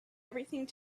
everything